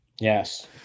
Yes